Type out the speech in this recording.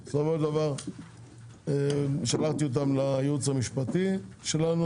בסופו של דבר שלחתי אותם לייעוץ המשפטי שלנו,